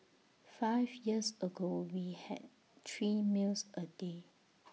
five years ago we had three meals A day